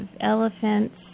elephants